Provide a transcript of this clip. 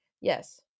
Yes